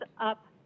up